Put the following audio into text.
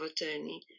attorney